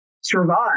survive